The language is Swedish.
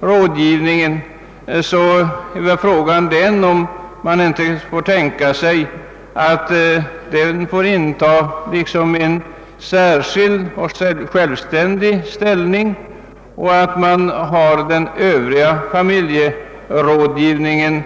verksamheten är väl frågan den om man inte får tänka sig att den bör inta en självständig ställning, skild från den övriga familjerådgivningen.